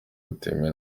butemewe